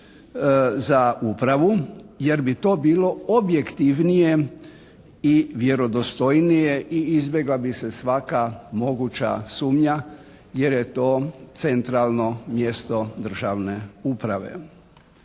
za upravu jer bi to bilo objektivnije i vjerodostojnije i izbjegla bi se svaka moguća sumnja jer je to centralno mjesto državne uprave.